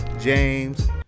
James